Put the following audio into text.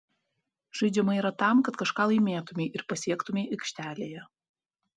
žaidžiama yra tam kad kažką laimėtumei ir pasiektumei aikštelėje